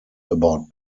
about